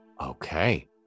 Okay